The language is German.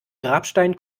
grabstein